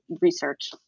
research